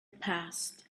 past